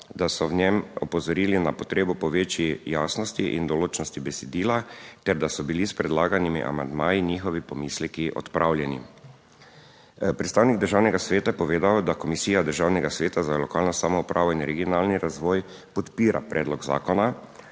da so v njem opozorili na potrebo po večji jasnosti in določnosti besedila ter da so bili s predlaganimi amandmaji njihovi pomisleki odpravljeni. Predstavnik Državnega sveta je povedal, da Komisija Državnega sveta za lokalno samoupravo in regionalni razvoj podpira predlog zakona,